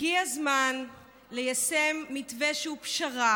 הגיע הזמן ליישם מתווה שהוא פשרה